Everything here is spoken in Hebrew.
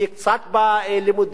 קצת בלימודים,